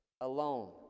Alone